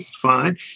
fine